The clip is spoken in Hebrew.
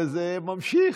ולכן,